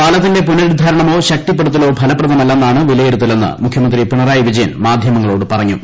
പാലത്തിന്റെ പുനരുദ്ധ്യാരണ്മോ ശക്തിപ്പെടുത്തലോ ഫലപ്രദമല്ലെന്നാണ് വില്യിരുത്തലെന്ന് മുഖ്യമന്ത്രി പിണറായി വിജയൻ മാധ്യമങ്ങളോട് പറഞ്ഞു